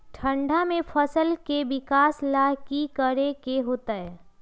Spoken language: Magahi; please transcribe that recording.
ठंडा में फसल के विकास ला की करे के होतै?